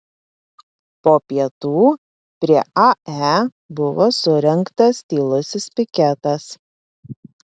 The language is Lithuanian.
po pietų prie ae buvo surengtas tylusis piketas